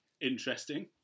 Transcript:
Interesting